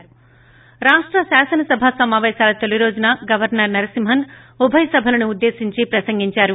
ి రాష్ట శాసనసభ సమాపేశాల తొలి రోజున గవర్నర్ నరసింహన్ ఉభయ సభలను ఉద్గేశించి ప్రసంగించారు